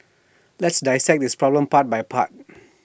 let's dissect this problem part by part